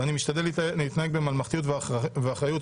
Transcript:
ואני משתדל להתנהג בממלכתיות ואחריות,